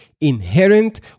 inherent